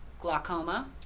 glaucoma